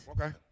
Okay